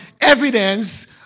evidence